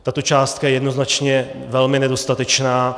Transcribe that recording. Tato částka je jednoznačně velmi nedostatečná.